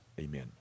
Amen